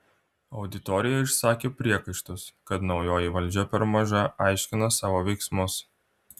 auditorija išsakė priekaištus kad naujoji valdžia per maža aiškina savo veiksmus